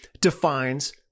defines